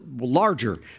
larger